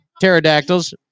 pterodactyls